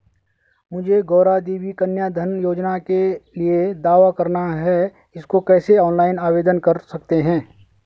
मुझे गौरा देवी कन्या धन योजना के लिए दावा करना है इसको कैसे ऑनलाइन आवेदन कर सकते हैं?